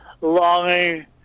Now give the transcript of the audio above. longing